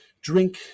drink